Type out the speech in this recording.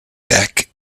back